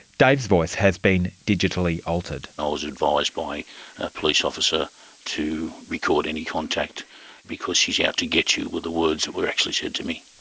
dave's voice has been digitally altered. i was advised by a police officer to record any contact because she is out to get you, were the words that were actually said to me.